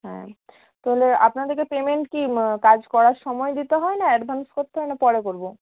হ্যাঁ তাহলে আপনাদেরকে পেমেন্ট কি কাজ করার সময় দিতে হয় না অ্যাডভান্স করতে হয় না পরে করবো